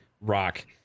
rock